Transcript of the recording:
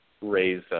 raise –